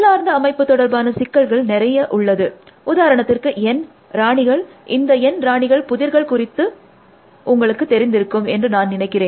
உள்ளார்ந்த அமைப்பு தொடர்பான சிக்கல்கள் நிறைய உள்ளது உதாரணத்திற்கு N ராணிகள் இந்த N ராணிகள் புதிர்கள் குறித்தது உங்களுக்கு தெரிந்திருக்கும் என்று நான் நினைக்கிறேன்